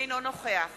אינו נוכח